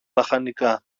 λαχανικά